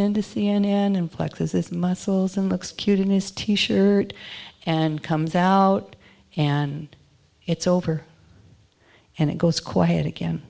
in to c n n and flexes its muscles and looks cute in his t shirt and comes out and it's over and it goes quiet again